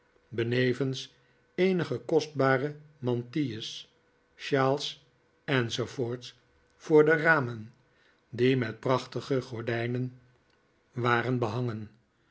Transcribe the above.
benevens eenige kostbare mantilles shawls enz voor de ramen die met prachtige gordijnen waren behangen